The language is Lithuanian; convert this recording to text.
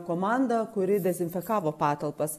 komanda kuri dezinfekavo patalpas